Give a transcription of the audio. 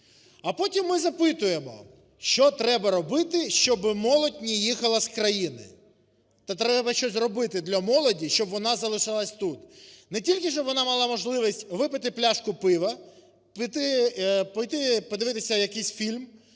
А потім ми запитуємо: що треба робити, щоб молодь не їхала з країни? Та треба щось зробити для молоді, щоб вона залишалась тут. Не тільки, щоб вона мала можливість випити пляшку пива, піти подивитися якийсь фільм